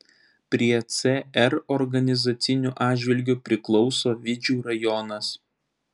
prie cr organizaciniu atžvilgiu priklauso vidžių rajonas